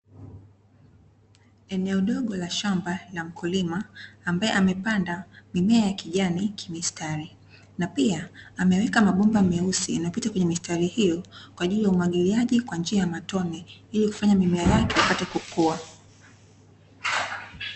Eneo dogo la shamba la mkulima ambaye amepanda mimea ya kijani kimistari, na pia ameweka mabomba meusi yanayopita kwenye mistari hiyo kwa ajili ya umwagiliaji kwa njia ya matone ili kufanya mimea yake ipate kukuwa.